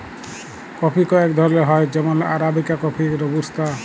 coffee কয়েক ধরলের হ্যয় যেমল আরাবিকা কফি, রবুস্তা